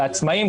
לעצמאים,